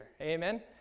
Amen